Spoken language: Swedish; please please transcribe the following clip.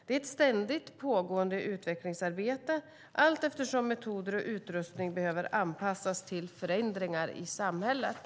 Det är ett ständigt pågående utvecklingsarbete allteftersom metoder och utrustning behöver anpassas till förändringar i samhället.